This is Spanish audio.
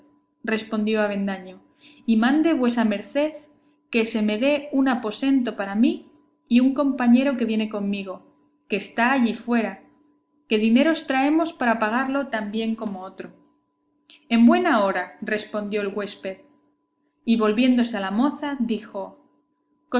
respondió avendaño y mande vuesa merced que se me dé un aposento para mí y un compañero que viene conmigo que está allí fuera que dineros traemos para pagarlo tan bien como otro en buen hora respondió el huésped y volviéndose a la moza dijo